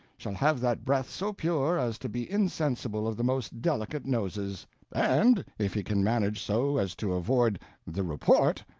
shall have that breath so pure as to be insensible of the most delicate noses and if he can manage so as to avoid the report,